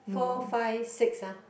four five six ah